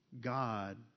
God